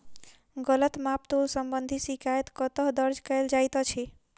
गलत माप तोल संबंधी शिकायत कतह दर्ज कैल जाइत अछि?